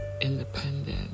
independent